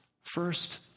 first